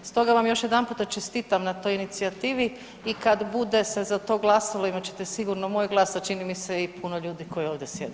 Stoga vam još jedanputa čestitam na toj inicijativi i kad bude se za to glasalo imati ćete sigurno moj glas, a čini mi se i puno ljudi koji ovdje sjede.